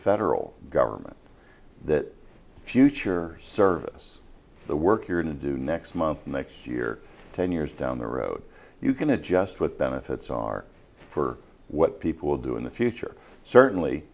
federal government that future service the work you're to do next month next year ten years down the road you can adjust what benefits are for what people will do in the future certainly